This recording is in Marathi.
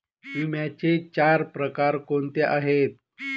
विम्याचे चार प्रकार कोणते आहेत?